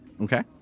Okay